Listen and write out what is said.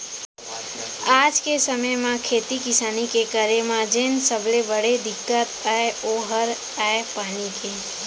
आज के समे म खेती किसानी के करे म जेन सबले बड़े दिक्कत अय ओ हर अय पानी के